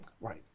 Right